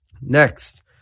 Next